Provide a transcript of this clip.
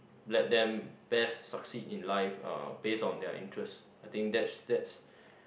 let them best succeed in life uh based on their interest I think that's that's